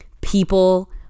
people